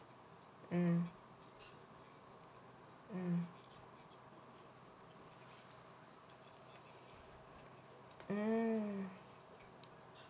mm mm mm